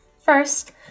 First